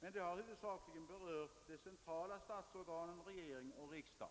men dessa har huvudsakligen berört de centrala statsorganen, regering och riksdag.